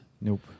Nope